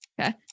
Okay